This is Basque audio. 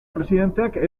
presidenteak